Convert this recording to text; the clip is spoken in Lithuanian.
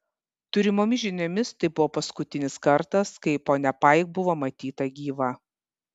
turimomis žiniomis tai buvo paskutinis kartas kai ponia paik buvo matyta gyva